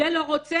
זה לא רוצה,